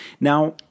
Now